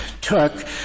took